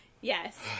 Yes